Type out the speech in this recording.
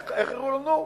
איך הראו לנו?